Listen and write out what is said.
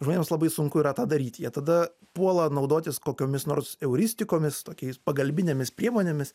žmonėms labai sunku yra tą daryt jie tada puola naudotis kokiomis nors euristikomis tokiais pagalbinėmis priemonėmis